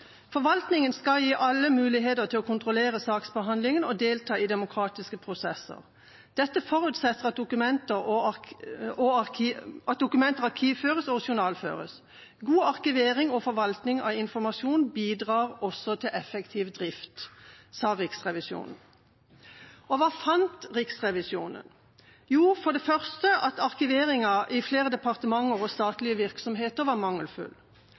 Forvaltningen skal gi alle mulighet til å kontrollere saksbehandlingen og delta i demokratiske prosesser. Dette forutsetter at dokumenter arkiveres og journalføres. God arkivering og forvaltning av informasjon bidrar også til effektiv drift.» Dette sa Riksrevisjonen. Og hva fant Riksrevisjonen? For det første at arkiveringen i flere departementer og statlige virksomheter var mangelfull.